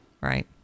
right